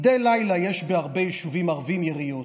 מדי לילה יש בהרבה יישובים ערביים יריות,